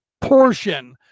portion